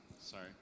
Sorry